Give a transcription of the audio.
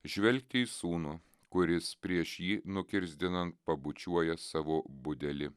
žvelgti į sūnų kuris prieš jį nukirsdinant pabučiuoja savo budelį